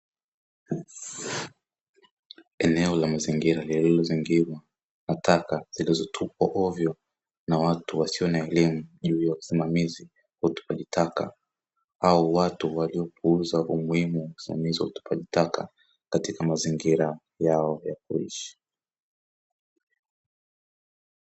Eneo la mazingira lililozingirwa na taka zilizotupwa ovyo na watu wasio na elimu juu ya usimamizi ya utupaji taka, au watu waliopuuza umuhimu wa usimamizi wa utupaji taka katika mazingira yao ya kuishi.